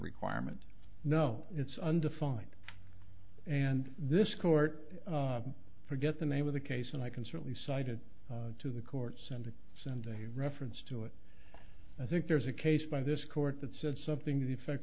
requirement no it's undefined and this court forget the name of the case and i can certainly cited to the courts and to send a reference to it i think there's a case by this court that said something to the effect